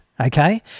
okay